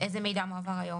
איזה מידע מועבר היום,